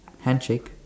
handshake